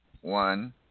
one